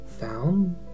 Down